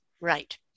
Right